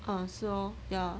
orh 是 lor ya